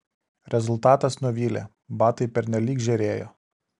rezultatas nuvylė batai pernelyg žėrėjo